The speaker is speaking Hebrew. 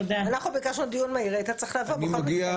אנחנו ביקשנו דיון מהיר, היית צריך לבוא בכל מקרה.